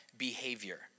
behavior